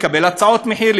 לקבל הצעות מחיר,